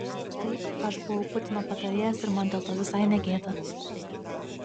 taip aš buvau putino patarėjas ir man dėl to visai ne gėda